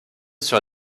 sur